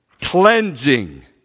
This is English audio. Cleansing